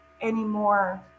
anymore